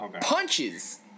punches